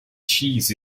cheese